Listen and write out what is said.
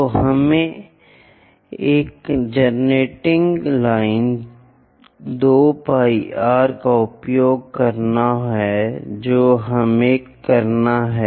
तो हमें एक जनरेटिंग लाइन 2 πr का उपयोग करना है जो हमें करना है